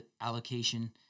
allocation